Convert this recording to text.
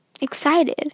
excited